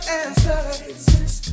answers